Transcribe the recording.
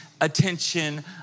attention